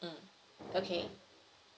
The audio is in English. mm okay